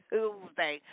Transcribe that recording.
Tuesday